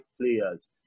players